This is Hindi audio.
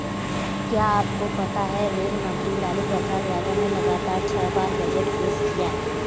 क्या आपको पता है रेल मंत्री लालू प्रसाद यादव ने लगातार छह बार बजट पेश किया?